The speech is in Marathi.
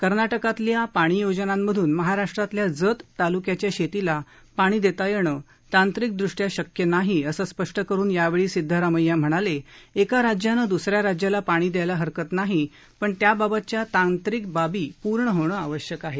कर्नाटकातील पाणी योजनातून महाराष्ट्रातील जत तालुक्याच्या शेतीला पाणी देता येणे तांत्रिकदृष्ट्या शक्य नाही अस स्पष्ट करून यावेळी सिद्धरामय्या म्हणाले एका राज्याने दुसऱ्या राज्याला पाणी द्यायला हरकत नाही पण त्याबाबतच्या तांत्रिकबाबी पूर्ण होणे आवश्यक आहे